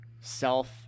self